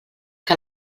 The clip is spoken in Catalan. que